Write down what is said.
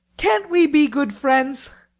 can't we be good friends?